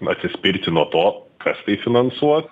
atsispirti nuo to kas tai finansuos